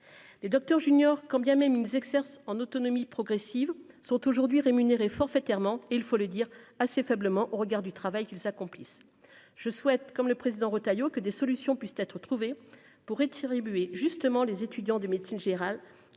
les docteurs juniors, quand bien même ils exercent en autonomie progressive sont aujourd'hui rémunérés forfaitairement et il faut le dire. Assez faiblement au regard du travail qu'ils accomplissent, je souhaite, comme le président Retailleau que des solutions puissent être trouvées pour étirer buée justement les étudiants de médecine générale